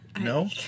No